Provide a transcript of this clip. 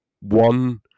one